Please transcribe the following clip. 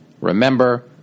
Remember